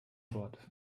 bord